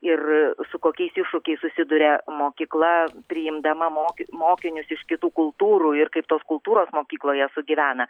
ir su kokiais iššūkiais susiduria mokykla priimdama moki mokinius iš kitų kultūrų ir kaip tos kultūros mokykloje sugyvena